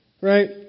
Right